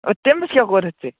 آ تٔمِس کیٛاہ کوٚرتھ ژےٚ